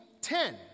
ten